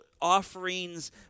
offerings